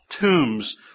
tombs